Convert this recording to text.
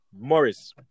Morris